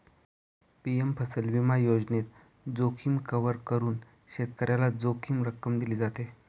PM फसल विमा योजनेत, जोखीम कव्हर करून शेतकऱ्याला जोखीम रक्कम दिली जाते